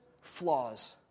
flaws